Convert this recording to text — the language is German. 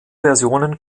versionen